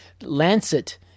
Lancet